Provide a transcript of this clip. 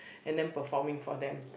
and then performing for them